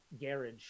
garage